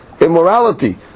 immorality